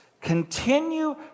continue